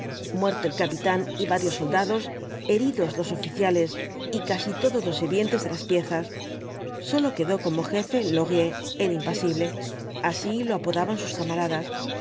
muerto el capitán y varios soldados heridos los oficiales y casi todos los sirvientes de las piezas sólo quedó como jefe laurier el impasible así lo apodaban sus camaradas